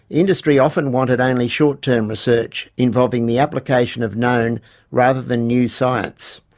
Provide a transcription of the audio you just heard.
industry often wanted only short-term research, involving the application of known rather than new science.